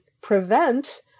prevent